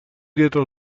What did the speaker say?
dietro